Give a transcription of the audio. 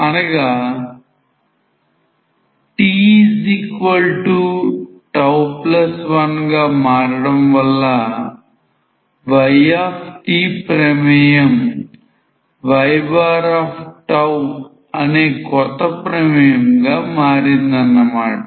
అనగా tτ1 గా మారడం వల్ల yt ప్రమేయం y అనే కొత్త ప్రమేయము గా మారింది అన్న మాట